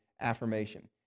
affirmation